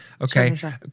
Okay